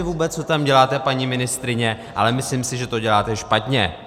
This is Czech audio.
Vůbec nevím, co tam děláte, paní ministryně, ale myslím si, že to děláte špatně.